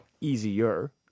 easier